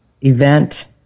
event